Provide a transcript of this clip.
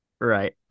right